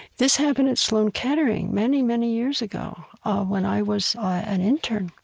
this happened at sloan kettering many many years ago when i was an intern,